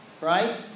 right